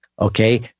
Okay